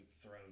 thrown